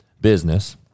business